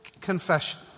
Confession